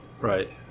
Right